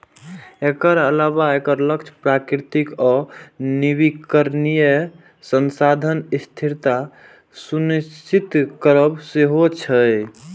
एकर अलावे एकर लक्ष्य प्राकृतिक आ नवीकरणीय संसाधनक स्थिरता सुनिश्चित करब सेहो छै